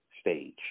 stage